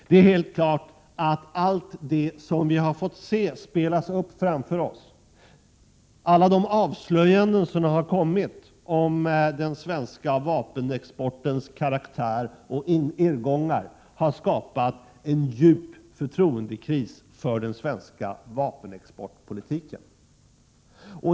Det står helt klart att allt det vi har fått se spelas upp framför oss, alla avslöjanden som har kommit om den svenska vapenexportens karaktär och irrgångar, har skapat en djup förtroendekris för den svenska vapenexportpolitiken.